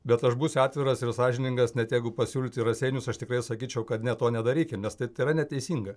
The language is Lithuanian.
bet aš būsiu atviras ir sąžiningas net jeigu pasiūlytų į raseinius aš tikrai sakyčiau kad ne to nedaryk nes tai tai yra neteisinga